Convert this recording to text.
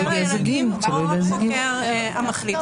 חוקר הילדים או החוקר המחליט.